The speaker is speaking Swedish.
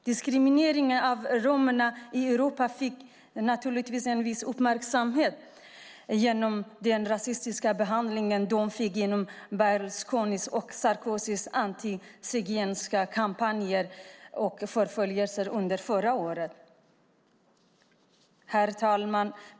Diskrimineringen av romerna i Europa fick naturligtvis en viss uppmärksamhet genom den rasistiska behandling de fick genom Berlusconis och Sarcozys antizigenska kampanjer och förföljelser under förra året. Herr talman!